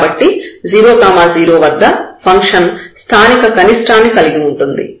కాబట్టి 0 0 వద్ద ఫంక్షన్ స్థానిక కనిష్ఠాన్ని కలిగి ఉంటుంది